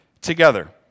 together